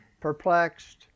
Perplexed